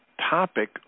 topic